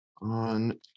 on